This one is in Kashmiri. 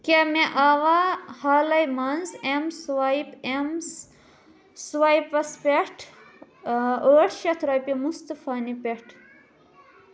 کیٛاہ مےٚ آوا حالَے منٛز اٮ۪م سٕوایِپ اٮ۪م سٕوایپَس پٮ۪ٹھ ٲٹھ شَتھ رۄپیہِ مُصطفیٰ نہِ پٮ۪ٹھ